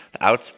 out